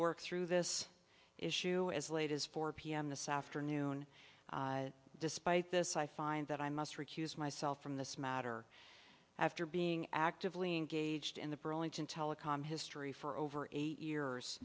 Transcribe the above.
work through this issue as late as four pm this afternoon despite this i find that i must recuse myself from this matter after being actively engaged in the burlington telecom history for over eight years